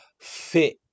fit